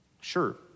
Sure